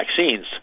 vaccines